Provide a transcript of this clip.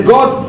God